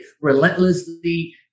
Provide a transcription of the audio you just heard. relentlessly